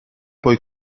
poi